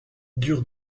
dur